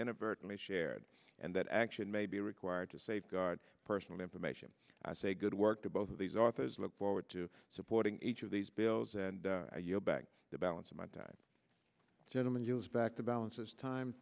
inadvertently shared and that action may be required to safeguard personal information say good work both of these authors look forward to supporting each of these bills and the balance of gentlemen back to balance as time